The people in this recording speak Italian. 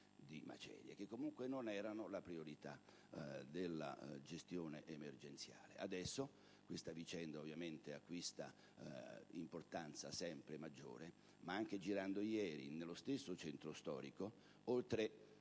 di macerie, che comunque non erano la priorità della gestione emergenziale. Adesso questa vicenda ovviamente acquista importanza sempre maggiore, ma anche girando ieri nello stesso centro storico, oltre